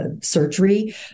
surgery